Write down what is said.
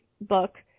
book